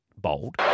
bold